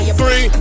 three